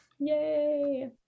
Yay